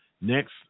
next